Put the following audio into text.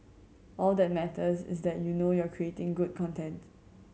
all that matters is that you know you're creating good content